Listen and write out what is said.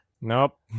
Nope